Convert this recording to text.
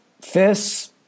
fists